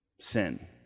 sin